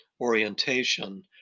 orientation